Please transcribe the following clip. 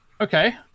Okay